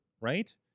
Right